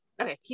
Okay